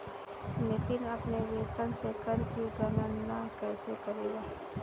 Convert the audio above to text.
नितिन अपने वेतन से कर की गणना कैसे करेगा?